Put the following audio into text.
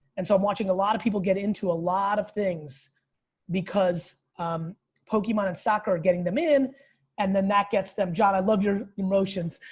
and so i'm watching a lot of people get into a lot of things because pokemon and soccer are getting them in and then that gets them john, i love your emotions.